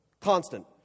Constant